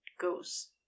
goes